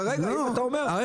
כרגע, לפי